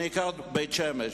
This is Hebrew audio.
ואני אקח לדוגמה את בית-שמש.